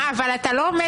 אתה לא עומד במילה שלך.